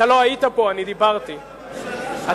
תדבר על הממשלה שלך,